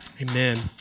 Amen